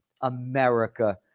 America